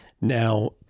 Now